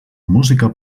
música